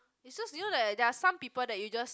it's just do you know that there are some people that you just